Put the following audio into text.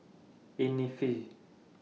Innisfree